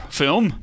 film